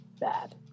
bad